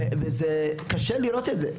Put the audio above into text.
זה קשה לראות את זה.